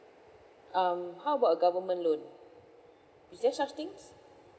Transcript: um how about government loan is there such things